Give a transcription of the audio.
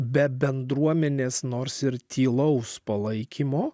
be bendruomenės nors ir tylaus palaikymo